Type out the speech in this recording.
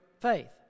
Faith